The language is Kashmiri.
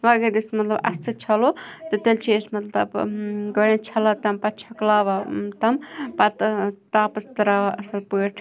وۄنۍ اگر أسۍ مطلب اَتھٕ سۭتۍ چھَلو تہٕ تیٚلہِ چھِ أسۍ مطلب گۄڈنٮ۪تھ چھَلان تَمہِ پَتہٕ چھۄکلاوان تِم پَتہٕ تاپَس ترٛاوان اَصٕل پٲٹھۍ